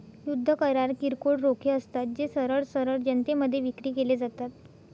युद्ध करार किरकोळ रोखे असतात, जे सरळ सरळ जनतेमध्ये विक्री केले जातात